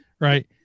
right